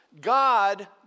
God